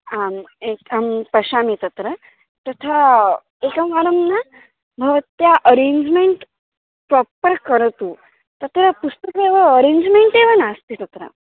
आम् एकं पश्यामि तत्र तथा एकवारं न भवत्या अरेञ्ज्मेण्ट् प्राप्पर् करोतु तत्र पुस्तकेव अरेञ्ज्मेण्ट् एव नास्ति तत्र